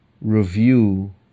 review